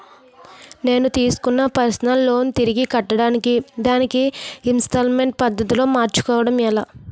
నేను తిస్కున్న personal loan తిరిగి కట్టడానికి దానిని ఇంస్తాల్మేంట్ పద్ధతి లో మార్చుకోవడం ఎలా?